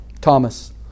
Thomas